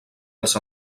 els